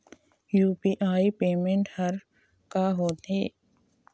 UPI payment हर का होते?